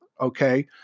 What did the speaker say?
okay